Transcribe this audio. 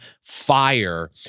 fire